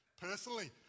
Personally